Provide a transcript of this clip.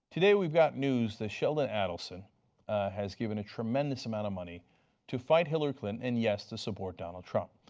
today we have got news that sheldon adelson has given a tremendous amount of money to fight hillary clinton, and yes, to support donald trump.